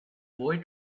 boy